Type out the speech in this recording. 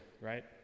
right